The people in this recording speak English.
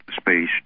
space